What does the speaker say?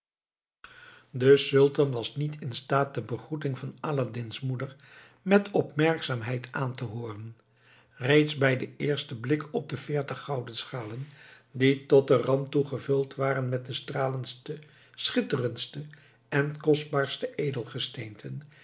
de sultan was niet in staat de begroeting van aladdin's moeder met opmerkzaamheid aan te hooren reeds bij den eersten blik op de veertig gouden schalen die tot den rand toe gevuld waren met de stralendste schitterendste en kostbaarste